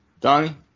Donnie